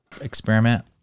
Experiment